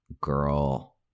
girl